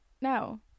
No